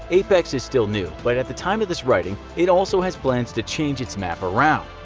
apex is still new, but at the time of this writing, it also has plans to change its map around.